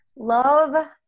Love